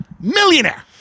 Millionaire